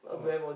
oh